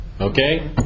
Okay